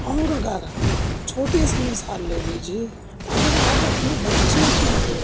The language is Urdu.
اور اگر چھوٹی سی مثال لے لیجیے اگرآپ اپنے بچے کے ہی